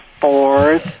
fourth